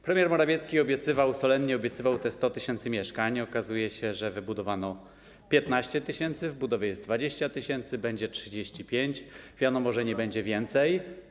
Premier Morawiecki solennie obiecywał te 100 tys. mieszkań, a okazuje się, że wybudowano 15 tys., w budowie jest 20 tys., będzie 35 tys. i wiadomo, że nie będzie więcej.